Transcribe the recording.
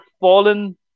fallen